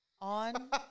On